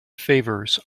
favours